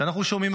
שאנחנו שומעים,